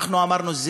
אנחנו אמרנו,